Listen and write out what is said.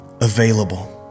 available